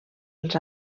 els